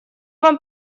вам